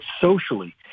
socially